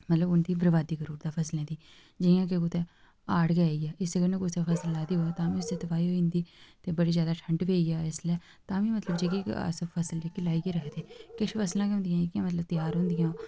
मतलब उ'दी बर्बादी करी ओड़दा फसलें दी जि'यां के कुतै हाड़ गै आई आ इस कन्नै कुसै फसल लाई दी होग ताम्मीं ओह्दी तबाही होई अंदी ते बड़ी जैदा ठंड पेई जा जिसलै ताम्मीं जेह्की अस फसल लाइयै गै रखदे किश गै फसलां होंदियां जेह्कियां मतलब त्यार होंदियां